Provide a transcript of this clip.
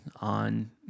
on